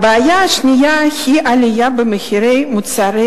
הבעיה השנייה היא עלייה במחירי מוצרי